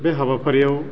बे हाबाफारियाव